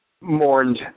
mourned